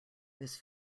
this